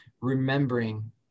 remembering